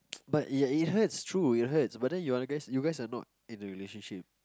but ya it hurts true it hurts but you guys are no in a relationship